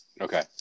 Okay